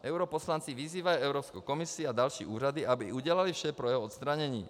Europoslanci vyzývají Evropskou komisi a další úřady, aby udělaly vše pro jeho odstranění.